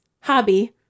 hobby